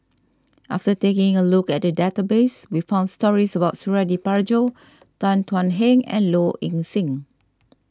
after taking a look at the database we found stories about Suradi Parjo Tan Thuan Heng and Low Ing Sing